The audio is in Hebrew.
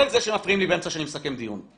כולל זה שמפריעים לי באמצע כשאני מסכם דיון.